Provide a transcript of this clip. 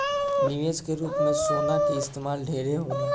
निवेश के रूप में सोना के इस्तमाल ढेरे होला